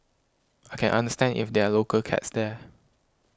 I can understand if there're local cats there